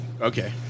Okay